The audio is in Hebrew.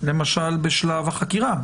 למשל כבר בשלב החקירה,